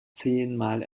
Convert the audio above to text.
zehnmal